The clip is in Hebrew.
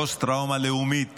פוסט-טראומה לאומית